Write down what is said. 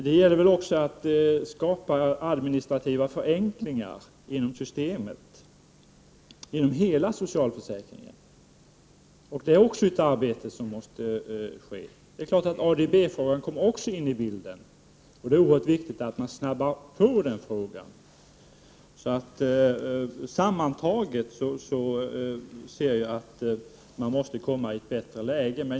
Det gäller också att åstadkomma administrativa förenklingar inom socialförsäkringssystemet i sin helhet. Även ADB-frågan kommer in i bilden, och det är oerhört viktigt att skynda på behandlingen av den frågan. Sammantaget är alltså min bedömning att vi måste försöka åstadkomma en förbättring av läget.